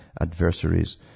adversaries